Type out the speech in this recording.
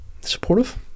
Supportive